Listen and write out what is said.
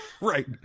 right